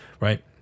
right